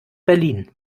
berlin